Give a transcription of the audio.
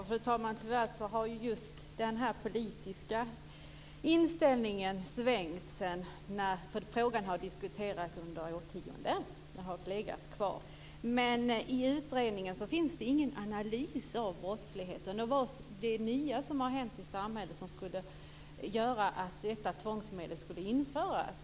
Fru talman! Tyvärr har just den politiska inställningen svängt. Frågan har ju diskuterats under årtionden. Den har legat kvar. Men i utredningen finns ingen analys av brottsligheten. Nu var det ju det nya som hänt i samhället som skulle göra att detta tvångsmedel skulle införas.